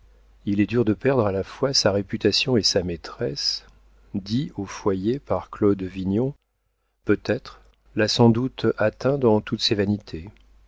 il est dur de perdre à la fois sa réputation et sa maîtresse dit au foyer par claude vignon peut-être l'a sans doute atteint dans toutes ses vanités